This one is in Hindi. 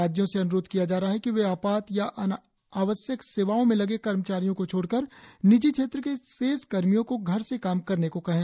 राज्यों से अन्रोध किया जा रहा है कि वे आपात या आवश्यक सेवाओं में लगे कर्मचारियों को छोड़कर निजी क्षेत्र के शेष कर्मियों को घर से काम करने को कहें